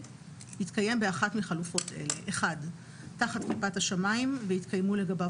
יתקיים באחת מחלופות אלה: תחת כיפת השמיים ויתקיימו לגביו